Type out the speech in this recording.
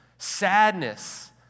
Sadness